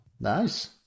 Nice